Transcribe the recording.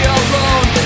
alone